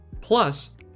Plus